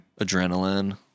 Adrenaline